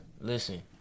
Listen